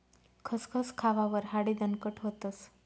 खसखस खावावर हाडे दणकट व्हतस